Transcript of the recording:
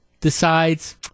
decides